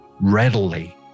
readily